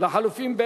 הסתייגות 9?